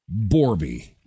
Borbie